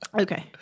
Okay